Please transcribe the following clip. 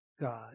God